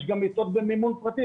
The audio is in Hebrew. יש גם מיטות במינון פרטי,